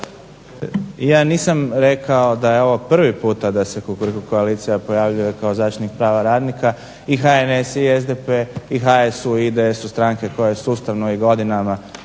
Ja nisam rekao da je ovo prvi puta da se Kukuriku koalicija pojavljuje kao zaštitnik prava radnika i HNS, SDP, HSU i IDS su strane koje sustavno i godinama